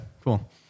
Cool